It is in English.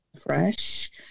fresh